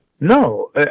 No